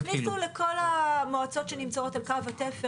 תכניסו לכל המועצות שנמצאות על קו התפר,